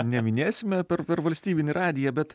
neminėsime per per valstybinį radiją bet